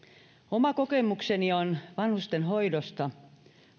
oma kokemukseni vanhustenhoidosta